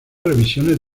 revisiones